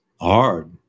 hard